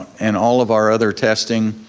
and all of our other testing,